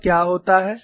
और क्या होता है